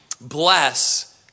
bless